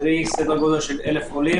קרי כאלף עולים.